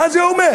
מה זה אומר?